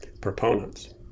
proponents